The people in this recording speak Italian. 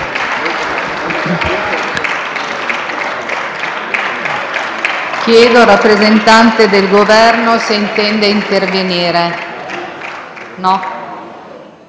Il rappresentante del Governo non intende intervenire